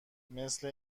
مثل